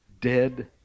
dead